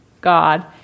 God